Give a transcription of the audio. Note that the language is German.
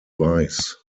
weiß